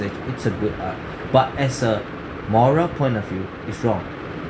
it's a good art but as a moral point of view it's wrong